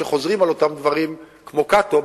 כשחוזרים על אותם דברים כמו קאטו,